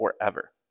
forever